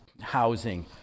housing